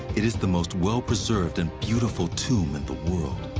it is the most well-preserved and beautiful tomb in the world.